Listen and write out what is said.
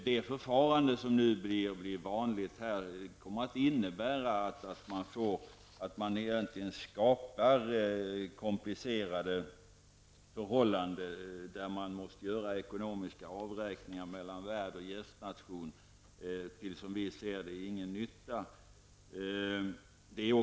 Det förfarande som nu blir vanligt kommer att innebära att man skapar komplicerade förhållanden som gör det nödvändigt med ekonomiska avräkningar mellan värd och gästnation till -- som vi ser det -- ingen nytta.